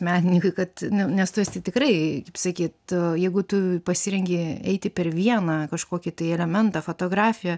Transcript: menininkui kad nes tu esi tikrai kaip sakyt jeigu tu pasirengei eiti per vieną kažkokį tai elementą fotografiją